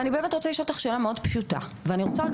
אני באמת רוצה לשאול אותך שאלה מאוד פשוטה ואני רוצה רק